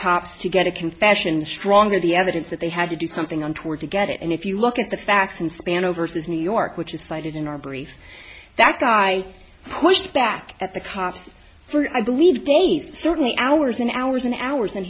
cops to get a confession the stronger the evidence that they had to do something untoward to get it and if you look at the facts and span overseas new york which is cited in our brief that guy which back at the cops for i believe days certainly hours and hours and hours and